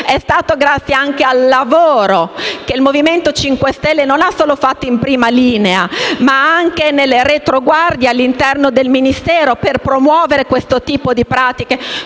è stato anche grazie al lavoro che il Movimento 5 Stelle ha svolto non solo in prima linea, ma anche nelle retroguardie all'interno del Ministero, per promuovere questo tipo di pratiche,